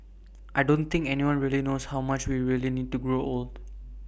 I don't think anyone really knows how much we really need to grow old